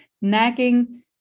nagging